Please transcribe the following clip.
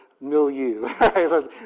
milieu